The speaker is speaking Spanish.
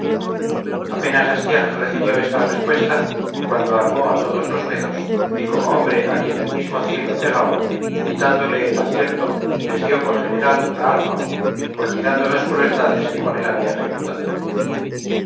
apenas astiages recibió esta respuesta cuando armó a todos los medos y como hombre a quien el mismo cielo cegaba quitándole el acierto les dio por general a hárpago olvidando las crueldades que con él había ejecutado